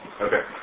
Okay